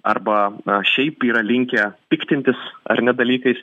arba šiaip yra linkę piktintis ar ne dalykais